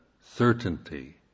certainty